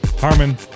Harmon